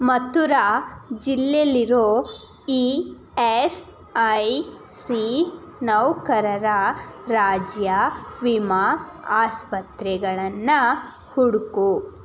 ಮಥುರಾ ಜಿಲ್ಲೆಲಿರೋ E S I C ನೌಕರರ ರಾಜ್ಯ ವಿಮಾ ಆಸ್ಪತ್ರೆಗಳನ್ನು ಹುಡುಕು